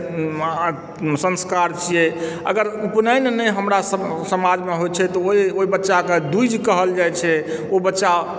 संस्कार छियै अगर उपनयन नहि हमरासभ समाजमे होइत छै तऽ ओ ओहि बच्चाके द्विज कहल जाइत छै ओ बच्चा